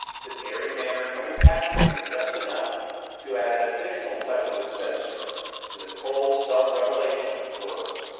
his airy manner coming back to him just enough to add an additional touch of the sinister to the cold self-revelation of his words.